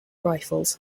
rifles